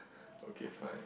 okay fine